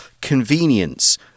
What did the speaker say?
convenience